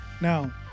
Now